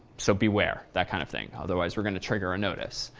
so beware, that kind of thing, otherwise we're going to trigger a notice.